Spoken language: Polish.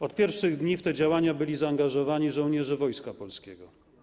Od pierwszych dni w te działania byli zaangażowani żołnierze Wojska Polskiego.